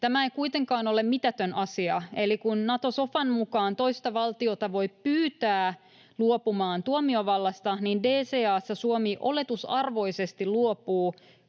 Tämä ei kuitenkaan ole mitätön asia, eli kun Nato-sofan mukaan toista valtiota voi pyytää luopumaan tuomiovallasta, niin DCA:ssa Suomi oletusarvoisesti luopuu